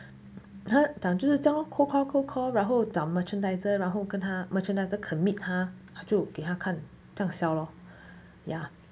他讲就这样 lor cold call cold call 然后找 merchandiser 然后跟他 merchandiser 肯 meet 他就给她看这样 sell lor ya